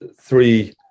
three